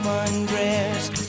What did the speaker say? undressed